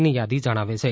ની યાદી જણાવે છે